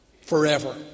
forever